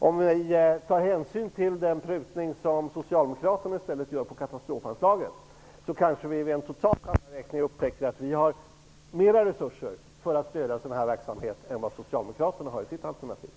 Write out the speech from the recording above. Om vi tar hänsyn till den prutning på katastrofanslaget som Socialdemokraterna vill göra kanske vi vid en total sammanställning skulle upptäcka att utskottsmajoriteten får mer resurser till att stödja denna verksamhet än Socialdemokraterna med sitt alternativ.